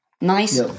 nice